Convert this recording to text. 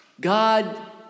God